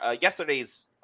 yesterday's